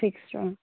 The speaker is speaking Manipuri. ꯐꯤꯛꯁꯔꯣ